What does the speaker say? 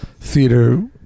theater